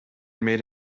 made